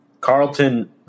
Carlton